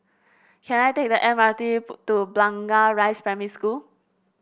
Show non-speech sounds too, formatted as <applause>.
can I take the M R T <unintelligible> to Blangah Rise Primary School